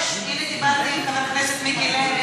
הנה, דיברתי עם חבר הכנסת מיקי לוי.